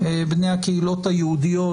בני הקהילות היהודיות,